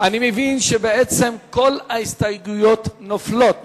אני מבין שבעצם כל ההסתייגויות נופלות,